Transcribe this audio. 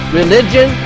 religion